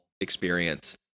experience